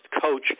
coach